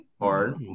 hard